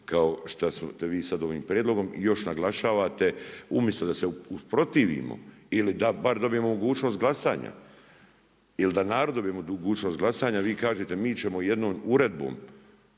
kao što ste vi sada ovim prijedlogom. I još naglašavate umjesto da se usprotivimo ili da bar dobijemo mogućnost glasanja ili da narod dobije mogućnost glasanja vi kažete mi ćemo jednom uredbom,